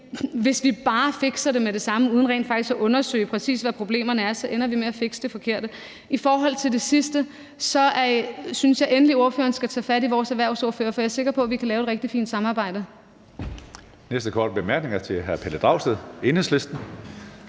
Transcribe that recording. hvis vi bare fikser det med det samme uden rent faktisk at undersøge, præcis hvad problemerne er, så ender vi med at fikse det forkerte. I forhold til det sidste synes jeg, at ordføreren endelig skal tage fat i vores erhvervsordfører, for jeg er sikker på, at vi kan lave et rigtig fint samarbejde.